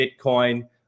Bitcoin